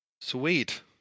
Sweet